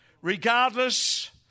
regardless